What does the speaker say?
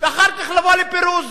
ואחר כך לבוא לפירוז